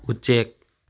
ꯎꯆꯦꯛ